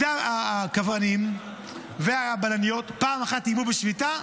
הקברנים והבלניות, פעם אחת איימו בשביתה?